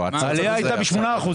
העלייה הייתה ב-8%.